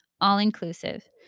all-inclusive